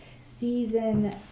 Season